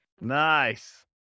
Nice